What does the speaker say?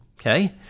okay